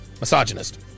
misogynist